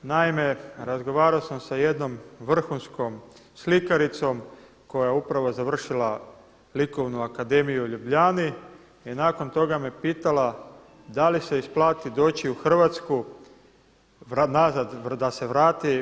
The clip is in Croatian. Naime, razgovarao sam sa jednom vrhunskom slikaricom koja je upravo završila Likovnu akademiju u Ljubljani i nakon toga me pitala da li se isplati doći u Hrvatsku nazad da se vrati.